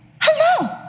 hello